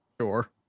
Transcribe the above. sure